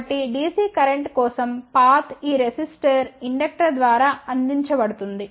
కాబట్టి DC current కోసం path ఈ రెసిస్టర్ ఇండక్టర్ ద్వారా అందించబడుతుంది